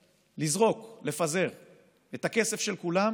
לזרוק, לפזר את הכסף של כולם